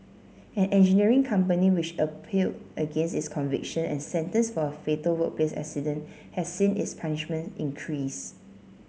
an engineering company which appeal against its conviction and sentence for a fatal workplace accident has seen its punishment increased